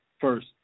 first